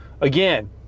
Again